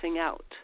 out